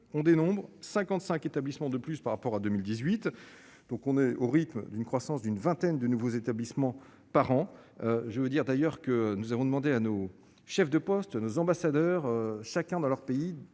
on dénombre 55 établissements de plus par rapport à 2018, donc on est au rythme d'une croissance d'une vingtaine de nouveaux établissements par an, je veux dire d'ailleurs que nous avons demandé à nos chefs de poste nos ambassadeurs, chacun dans leur pays